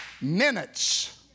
minutes